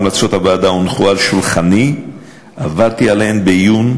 המלצות הוועדה הונחו על שולחני ועברתי עליהן בעיון.